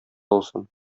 алсын